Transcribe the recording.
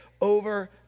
over